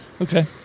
Okay